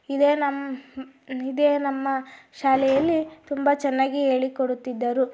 ಇದೇ ನಮ್ಮ ಇದೇ ನಮ್ಮ ಶಾಲೆಯಲ್ಲಿ ತುಂಬ ಚೆನ್ನಾಗಿ ಹೇಳಿಕೊಡುತ್ತಿದ್ದರು